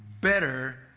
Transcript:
better